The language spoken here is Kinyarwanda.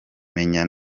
menya